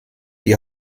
die